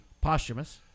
Posthumous